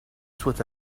soit